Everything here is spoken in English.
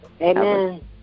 Amen